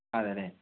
അതെ അല്ലെ